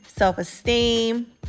self-esteem